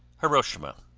hiroshima